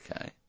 Okay